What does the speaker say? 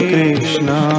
Krishna